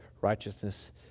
righteousness